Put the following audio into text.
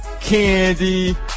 candy